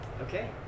Okay